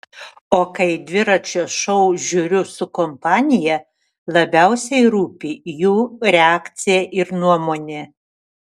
o kai dviračio šou žiūriu su kompanija labiausiai rūpi jų reakcija ir nuomonė